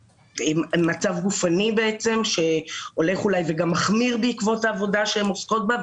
מצב גופני שהולך וגם מחמיר בעקבות העבודה שהן עוסקות בה.